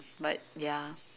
but ya